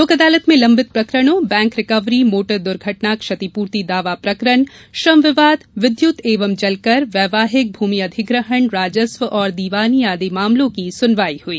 लोक अदालत में लम्बित प्रकरणों बैंक रिकवरी मोटर दुर्घटना क्षतिपूर्ति दावा प्रकरण श्रम विवाद विद्युत एवं जल कर वैवाहिक भूमि अधिग्रहण राजस्व और दीवानी आदि मामलों की सुनवाई हुई